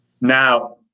now